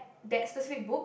that specific book